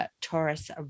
Taurus